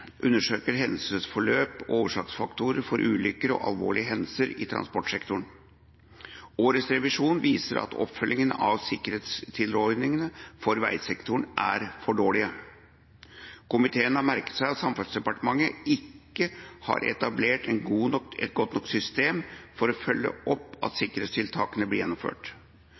undersøker hendelsesforløp og årsaksfaktorer for ulykker og alvorlige hendelser i transportsektoren. Årets revisjon viser at oppfølginga av sikkerhetstilrådningene for vegsektoren er for dårlige. Komiteen har merket seg at Samferdselsdepartementet ikke har etablert et godt nok system for å følge opp at sikkerhetstiltakene blir gjennomført.